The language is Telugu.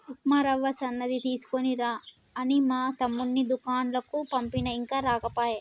ఉప్మా రవ్వ సన్నది తీసుకురా అని మా తమ్ముణ్ణి దూకండ్లకు పంపిన ఇంకా రాకపాయె